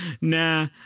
nah